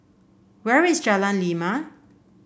where is Jalan Lima